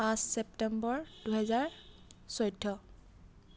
পাঁচ চেপ্তেম্বৰ দুহেজাৰ চৈধ্য